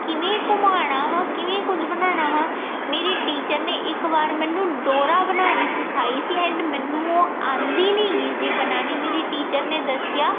ਕਿਵੇਂ ਘੁੰਮਾਉਣਾ ਵਾ ਕਿਵੇਂ ਕੁਝ ਬਣਾਉਣਾ ਵਾ ਮੇਰੀ ਟੀਚਰ ਨੇ ਇੱਕ ਵਾਰ ਮੈਨੂੰ ਡੋਰਾ ਬਣਾਉਣੀ ਸਿਖਾਈ ਸੀ ਐਂਡ ਮੈਨੂੰ ਉਹ ਆਉਂਦੀ ਨੀਗੀ ਸੀ ਬਣਾਉਣੀ ਮੇਰੀ ਟੀਚਰ ਨੇ ਦੱਸਿਆ